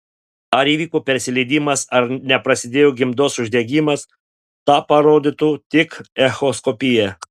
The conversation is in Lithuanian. ar įvyko persileidimas ar neprasidėjo gimdos uždegimas tą parodytų tik echoskopija